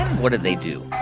what did they do?